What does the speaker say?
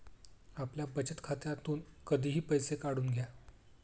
आपल्या बचत खात्यातून कधीही पैसे काढून घ्या